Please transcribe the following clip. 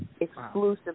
exclusively